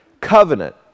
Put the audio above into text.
covenant